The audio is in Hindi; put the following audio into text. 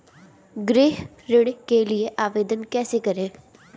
गृह ऋण के लिए आवेदन कैसे करें?